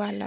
ৱালত